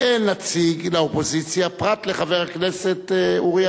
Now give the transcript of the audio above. אין נציג לאופוזיציה פרט לחבר הכנסת אורי אריאל.